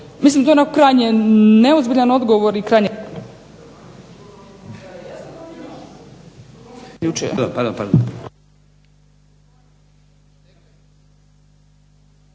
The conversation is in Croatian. Mislim to je onako krajnje neozbiljan odgovor i krajnje